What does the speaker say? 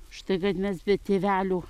už tai kad mes be tėvelių